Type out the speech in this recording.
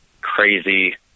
crazy